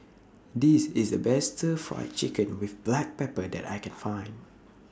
This IS The Best Stir Fry Chicken with Black Pepper that I Can Find